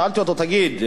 שאלתי אותו: תגיד,